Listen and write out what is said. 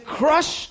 crush